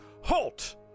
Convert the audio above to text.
Halt